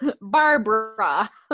Barbara